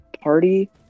party